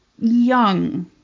young